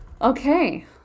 okay